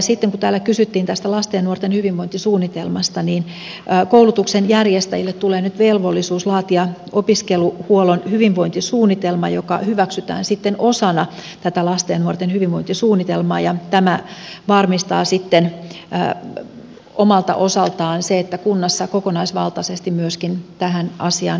sitten kun täällä kysyttiin tästä lasten ja nuorten hyvinvointisuunnitelmasta niin koulutuksen järjestäjille tulee nyt velvollisuus laatia opiskeluhuollon hyvinvointisuunnitelma joka hyväksytään osana tätä lasten ja nuorten hyvinvointisuunnitelmaa ja tämä varmistaa sitten omalta osaltaan sen että kunnassa kokonaisvaltaisesti myöskin tätä asiaa lähestytään